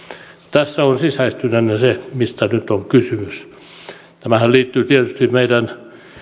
tässä on sisäistettynä se mistä nyt on kysymys tämähän liittyy tietysti meidän